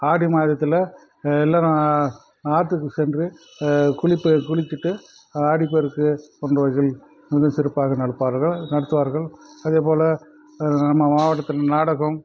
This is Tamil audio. ஆடி மாதத்தில் எல்லாரும் ஆற்றுக்கு சென்று குளிப்ப குளித்திட்டு ஆடி பெருக்கு கொண்டவர்கள் மிக சிறப்பாக நடப்பார்கள் நடத்துவார்கள் அதே போல நம்ம மாவட்டத்தில் நாடகம்